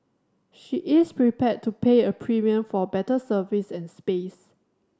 she is prepared to pay a premium for better service and space